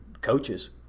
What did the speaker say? coaches